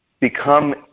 become